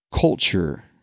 culture